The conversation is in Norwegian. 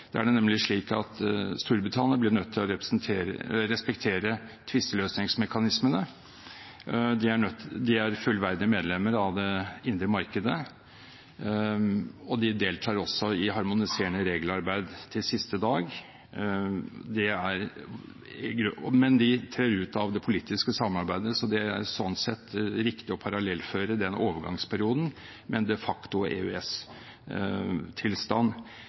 Da er det nemlig slik at Storbritannia blir nødt til å respektere tvisteløsningsmekanismene. De er fullverdige medlemmer av det indre markedet, og de deltar også i harmoniserende regelarbeid til siste dag. Men de trer ut av det politiske samarbeidet, så det er sånn sett riktig å parallellføre den overgangsperioden med en de facto EØS-tilstand. Men det betyr ikke at man så kan melde seg inn i EØS